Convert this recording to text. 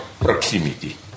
proximity